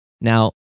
Now